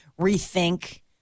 rethink